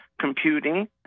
computing